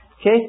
Okay